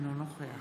אינו נוכח